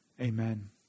Amen